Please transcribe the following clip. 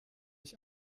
ich